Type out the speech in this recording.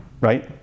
right